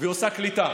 והיא עושה קליטה.